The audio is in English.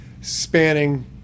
spanning